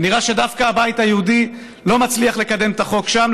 ונראה שדווקא הבית היהודי לא מצליח לקדם את החוק שם,